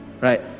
right